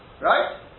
Right